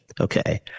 Okay